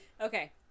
Okay